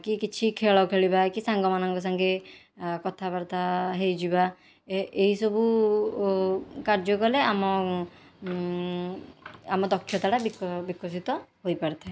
କି କିଛି ଖେଳ ଖେଳିବା କି ସାଙ୍ଗମାନଙ୍କ ସାଙ୍ଗେ କଥାବାର୍ତ୍ତା ହୋଇଯିବା ଏହିସବୁ କାର୍ଯ୍ୟ କଲେ ଆମଆମ ଦକ୍ଷତାଟା ବିକଶିତ ହୋଇପାରିଥାଏ